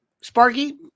Sparky